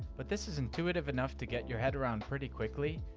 but this is intuitive enough to get your head around pretty quickly,